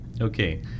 Okay